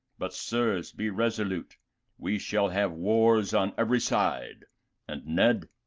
but, sirs, be resolute we shall have wars on every side and, ned,